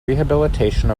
rehabilitation